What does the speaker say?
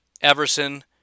Everson